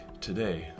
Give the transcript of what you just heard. today